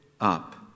up